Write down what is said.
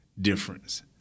difference